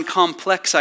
complex